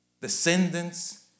descendants